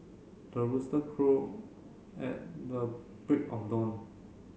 the rooster crow at the break of dawn